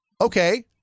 Okay